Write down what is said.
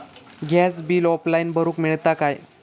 Gas bill online भरुक मिळता काय?